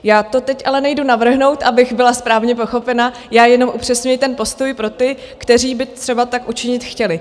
Já to teď ale nejdu navrhnout, abych byla správně pochopena, jenom upřesňuji ten postoj pro ty, kteří by třeba tak učinit chtěli.